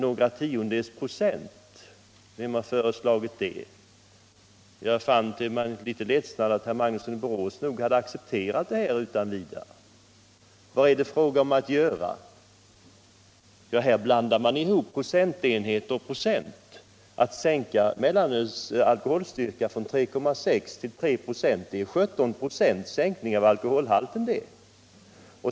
Några tiondels procent — vem har föreslagit det? Jag fann till min ledsnad att herr Magnusson i Borås hade accepterat detta resonemang utan vidare. Vad är det fråga om att göra? Här blandar man ihop procentenheter och procent. Att sänka mellanölets alkoholstyrka från 3,6 till 3,0 "ov innebär 17 "6 sänkning av alkoholhalten.